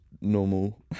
normal